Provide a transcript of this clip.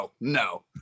No